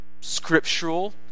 scriptural